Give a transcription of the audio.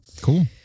Cool